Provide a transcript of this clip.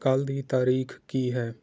ਕੱਲ੍ਹ ਦੀ ਤਾਰੀਖ਼ ਕੀ ਹੈ